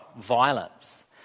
violence